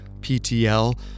PTL